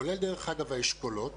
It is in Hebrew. כולל דרך אגב האשכולות